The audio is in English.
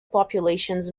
populations